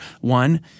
one—